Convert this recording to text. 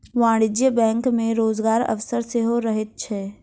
वाणिज्यिक बैंक मे रोजगारक अवसर सेहो रहैत छै